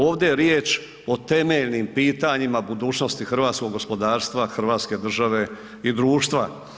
Ovdje je riječ o temeljnim pitanjima budućnosti hrvatskog gospodarstva Hrvatske države i društva.